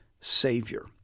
Savior